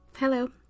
Hello